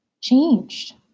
changed